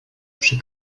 przy